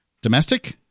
Domestic